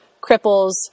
cripples